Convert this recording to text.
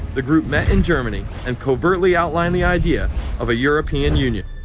the group met in germany and covertly outlined the idea of a european union.